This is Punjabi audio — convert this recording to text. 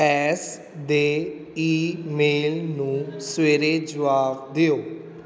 ਐਸ਼ ਦੇ ਈਮੇਲ ਨੂੰ ਸਵੇਰੇ ਜਵਾਬ ਦਿਓ